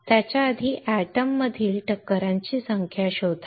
त्याच्या आधी एटम मधील टक्करांची संख्या शोधा